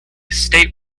state